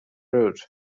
rude